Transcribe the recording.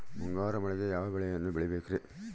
ಮುಂಗಾರು ಮಳೆಗೆ ಯಾವ ಬೆಳೆಯನ್ನು ಬೆಳಿಬೇಕ್ರಿ?